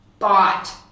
bought